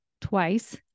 twice